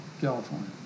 California